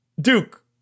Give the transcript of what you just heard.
Duke